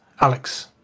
Alex